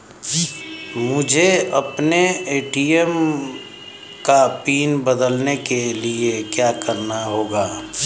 मुझे अपने ए.टी.एम का पिन बदलने के लिए क्या करना होगा?